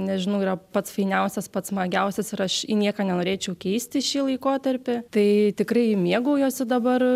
nežinau yra pats fainiausias pats smagiausias ir aš į nieką nenorėčiau keisti šį laikotarpį tai tikrai mėgaujuosi dabar